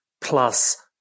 plus